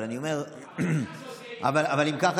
אבל אני אומר שאם ככה,